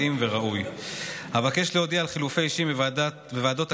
יו"ר ועדת